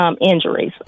injuries